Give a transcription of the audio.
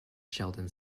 sheldon